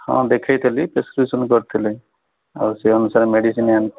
ହଁ ଦେଖେଇଥିଲି ପ୍ରେସ୍କ୍ୟୁସନ୍ କରିଥିଲେ ଆଉ ସେଇ ଅନୁସାରେ ମେଡ଼ିସିନ୍